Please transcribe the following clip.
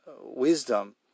wisdom